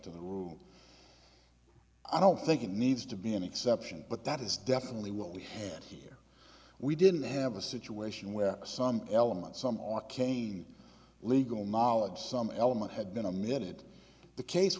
to the room i don't think it needs to be an exception but that is definitely what we have here we didn't have a situation where some element some or cain legal knowledge some element had been a minute the case